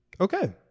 Okay